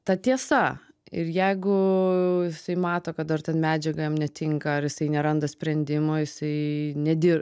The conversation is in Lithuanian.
ta tiesa ir jeigu jisai mato kad dar ten medžiaga jam netinka ar jisai neranda sprendimo jisai nedi